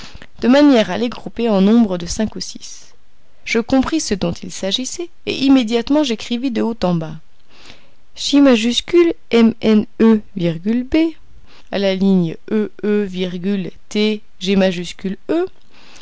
de manière à les grouper en nombre de cinq ou six je compris ce dont il s'agissait et immédiatement j'écrivis de haut en bas j m n e b e e t g e